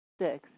Six